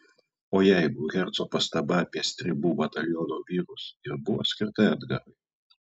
o jeigu herco pastaba apie stribų bataliono vyrus ir buvo skirta edgarui